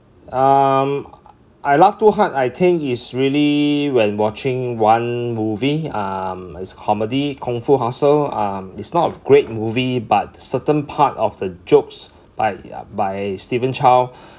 um I laugh too hard I think it's really when watching one movie um it's comedy kungfu hustle uh it's not of great movie but certain part of the jokes by uh by stephen chow